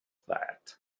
that